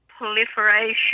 proliferation